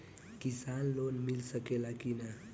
किसान लोन मिल सकेला कि न?